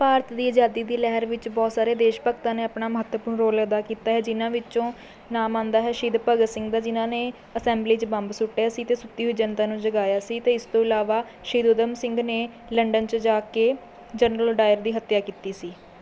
ਭਾਰਤ ਦੀ ਆਜ਼ਾਦੀ ਦੀ ਲਹਿਰ ਵਿੱਚ ਬਹੁਤ ਸਾਰੇ ਦੇਸ਼ ਭਗਤਾਂ ਨੇ ਆਪਣਾ ਮਹੱਤਵਪੂਰਨ ਰੋਲ ਅਦਾ ਕੀਤਾ ਹੈ ਜਿਨਾਂ ਵਿੱਚੋਂ ਨਾਮ ਆਉਂਦਾ ਹੈ ਸ਼ਹੀਦ ਭਗਤ ਸਿੰਘ ਦਾ ਜਿਨਾਂ ਨੇ ਅਸੈਂਬਲੀ 'ਚ ਬੰਬ ਸੁੱਟਿਆਂ ਸੀ ਅਤੇ ਸੁੱਤੀ ਹੋਈ ਜਨਤਾ ਨੂੰ ਜਗਾਇਆ ਸੀ ਅਤੇ ਇਸ ਤੋਂ ਇਲਾਵਾ ਸ਼੍ਰੀ ਊਧਮ ਸਿੰਘ ਨੇ ਲੰਡਨ 'ਚ ਜਾ ਕੇ ਜਨਰਲ ਡਾਇਰ ਦੀ ਹੱਤਿਆ ਕੀਤੀ ਸੀ